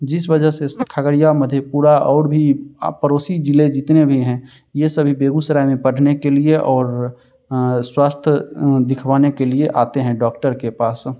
जिस वजह से खगड़िया मधेपुरा और भी पड़ोसी ज़िले जितने भी हैं ये सभी बेगूसराय में पढ़ने के लिए और स्वास्थ्य दिखवाने के लिए आते हैं डॉक्टर के पास